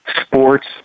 Sports